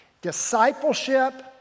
Discipleship